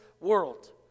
world